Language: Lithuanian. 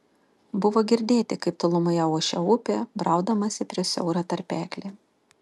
buvo girdėti kaip tolumoje ošia upė braudamasi pro siaurą tarpeklį